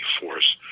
force